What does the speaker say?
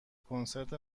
کنسرت